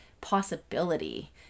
possibility